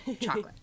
chocolate